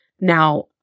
Now